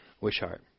Wishart